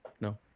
No